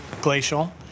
Glacial